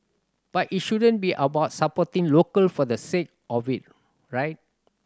but it shouldn't be about supporting local for the sake of it right